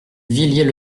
villiers